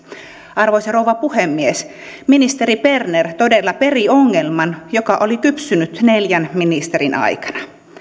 arvoisa rouva puhemies ministeri berner todella peri ongelman joka oli kypsynyt neljän ministerin aikana